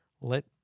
Let